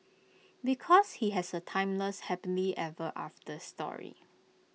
because he has A timeless happily ever after story